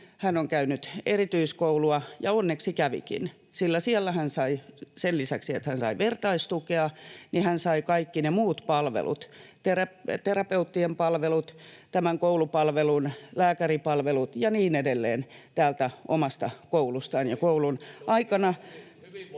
Hän on käynyt erityiskoulua, ja onneksi kävikin, sillä sen lisäksi, että hän sai siellä vertaistukea, hän sai kaikki ne muut palvelut, terapeuttien palvelut, tämän koulupalvelun, lääkäripalvelut ja niin edelleen, omasta koulustaan ja koulun aikana.